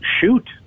shoot